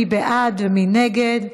מי בעד ומי נגד?